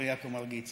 חברי יעקב מרגי: